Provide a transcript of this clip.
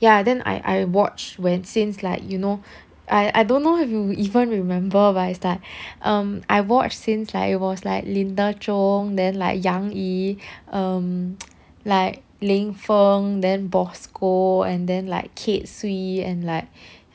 ya then I I watched when since like you know I I don't know if you even remember but it's like um I watched since like it was like linda chung then like 杨怡 um like ling feng then bosco and then like kate sui and like